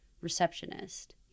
receptionist